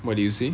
what did you say